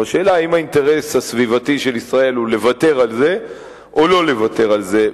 השאלה אם האינטרס הסביבתי של ישראל הוא לוותר על זה או לא לוותר על זה.